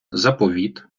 заповіт